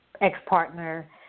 ex-partner